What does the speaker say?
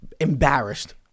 embarrassed